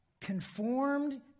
Conformed